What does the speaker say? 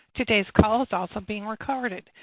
today's call is also being recorded.